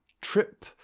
trip